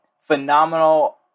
Phenomenal